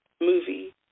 movie